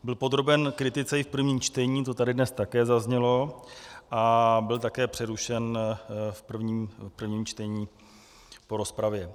Byl podroben kritice i v prvním čtení, to tady dnes také zaznělo, a byl také přerušen v prvním čtení po rozpravě.